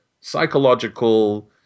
psychological